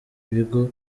bigo